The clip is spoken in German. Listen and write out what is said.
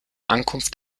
ankunft